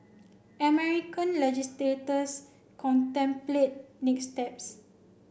American leogislators contemplate next steps